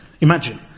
Imagine